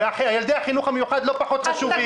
ילדי החינוך המיוחד לא פחות חשובים.